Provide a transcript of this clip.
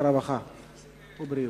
הרווחה והבריאות.